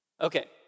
Okay